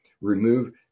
remove